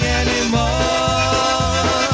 anymore